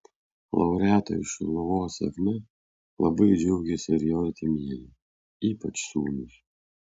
laureato iš šiluvos sėkme labai džiaugėsi ir jo artimieji ypač sūnūs